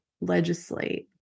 legislate